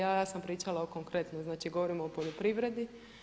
Ja sam pričala o konkretnom, znači govorim o poljoprivredi.